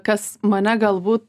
kas mane galbūt